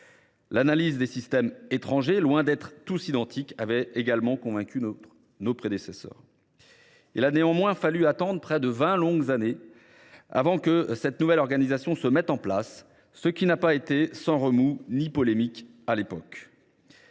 L’analyse des systèmes étrangers, loin d’être tous identiques, avait également convaincu nos prédécesseurs. Il a néanmoins fallu attendre dix neuf longues années avant que cette nouvelle organisation ne se mette en place, ce qui ne s’est pas fait sans remous ni polémiques.